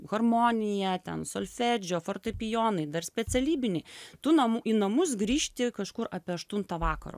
harmonija ten solfedžio fortepijonai dar specialybinį tu namų į namus grįžti kažkur apie aštuntą vakaro